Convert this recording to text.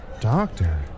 doctor